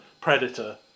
Predator